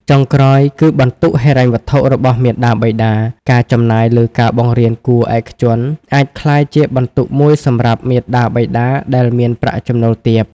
ចុងក្រោយ គឺបន្ទុកហិរញ្ញវត្ថុរបស់មាតាបិតា ការចំណាយលើការបង្រៀនគួរឯកជនអាចក្លាយជាបន្ទុកមួយសម្រាប់មាតាបិតាដែលមានប្រាក់ចំណូលទាប។